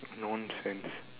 nonsense